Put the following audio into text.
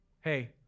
Hey